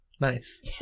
nice